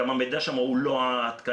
גם המידע שם לא עדכני.